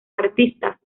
artistas